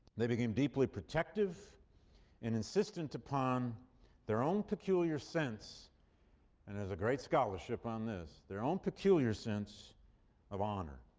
they became deeply protective and insistent upon their own peculiar sense and there's a great scholarship on this their own peculiar sense of honor.